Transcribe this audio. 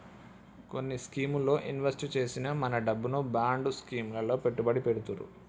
కొన్ని స్కీముల్లో ఇన్వెస్ట్ చేసిన మన డబ్బును బాండ్ స్కీం లలో పెట్టుబడి పెడతుర్రు